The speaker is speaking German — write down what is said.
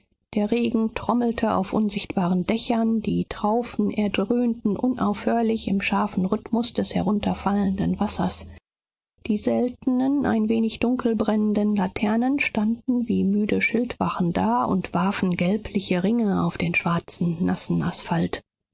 der regen trommelte auf unsichtbaren dächern die traufen erdröhnten unaufhörlich im scharfen rhythmus des herunterfallenden wassers die seltenen ein wenig dunkel brennenden laternen standen wie müde schildwachen da und warfen gelbliche ringe auf den schwarzen nassen asphalt